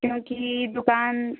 क्योंकी दुकान